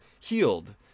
healed